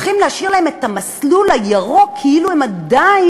הולכים להשאיר להן את המסלול הירוק כאילו הן עדיין